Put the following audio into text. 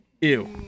Ew